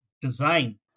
design